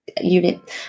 unit